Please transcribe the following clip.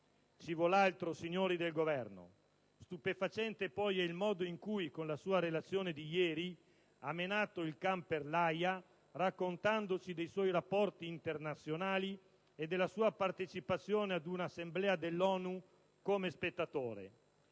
Ci vuole altro, signori del Governo! Stupefacente poi è il modo in cui con la relazione di ieri il Ministro ha menato il can per l'aia, raccontandoci dei suoi rapporti internazionali e della sua partecipazione ad un'Assemblea dell'ONU come spettatore.